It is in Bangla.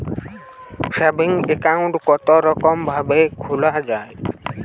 সেভিং একাউন্ট কতরকম ভাবে খোলা য়ায়?